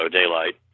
daylight